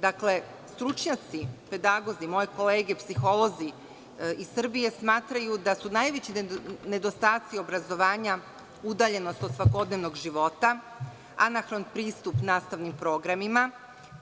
Dakle, stručnjaci, pedagozi, moje kolege psiholozi iz Srbije smatraju da su najveći nedostaci obrazovanja udaljenost od svakodnevnog života, anahron pristup nastavnim programima,